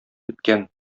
беткән